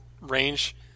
range